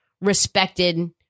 respected